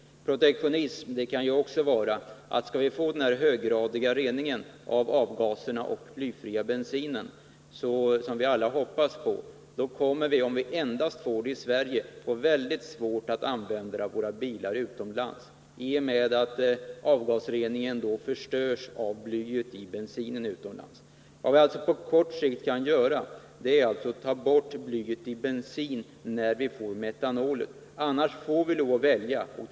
Måndagen den Protektionism kan också vara att om vi får den här höggradiga reningen av 28 april 1980 avgaserna och den blyfria bensinen, som vi alla hoppas på, kommer vi, om dessa förbättringar införs endast i Sverige, att få mycket svårt att använda våra bilar utomlands, i och med att aggregaten för avgasrening förstörs av blyet i bensinen utomlands. Vad vi på kort sikt kan göra är alltså att ta bort blyet ur bensinen när vi får en metanolinblandning.